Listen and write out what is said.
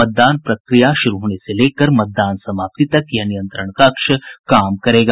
मतदान प्रक्रिया शुरू होने से लेकर मतदान समाप्ति तक यह नियंत्रण कक्ष काम करेगा